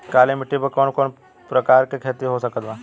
काली मिट्टी पर कौन कौन प्रकार के खेती हो सकत बा?